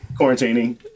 quarantining